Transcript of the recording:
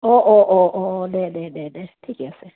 অঁ অঁ অঁ অঁ দে দে দে দে ঠিকে আছে